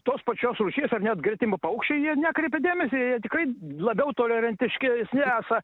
tos pačios rūšies ar net gretimapaukščiai jie nekreipia dėmesio jie tikrai labiau tolerantiškesni esą